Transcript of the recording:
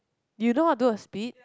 you know how to do a speed